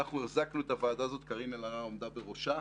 החזקנו את הוועדה הזאת קארין אלהרר עמדה בראשה,